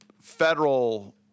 federal